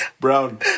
brown